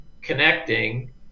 connecting